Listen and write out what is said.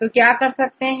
तो क्या कर सकते हैं